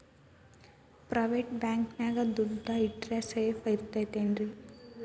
Private bank ನ್ಯಾಗ್ ದುಡ್ಡ ಇಟ್ರ ಸೇಫ್ ಇರ್ತದೇನ್ರಿ?